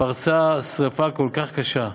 פרצה שרפה כל כך קשה.